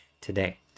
today